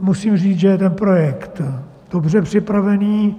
Musím říct, že ten projekt je dobře připravený.